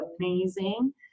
amazing